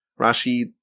Rashi